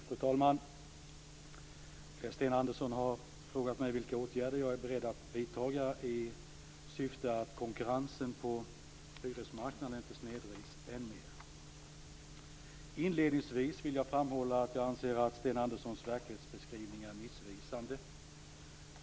Fru talman! Sten Andersson har frågat mig vilka åtgärder jag är beredd att vidta i syfte att konkurrensen på hyresmarknaden inte snedvrids än mer. Inledningsvis vill jag framhålla att jag anser att Sten Anderssons verklighetsbeskrivning är missvisande.